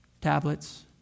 tablets